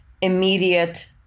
immediate